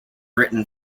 written